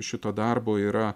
šito darbo yra